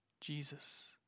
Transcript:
Jesus